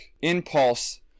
impulse